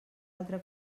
altra